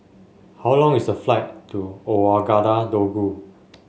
how long is a flight to Ouagadougou